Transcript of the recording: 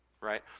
right